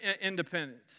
independence